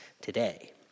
today